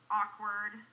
awkward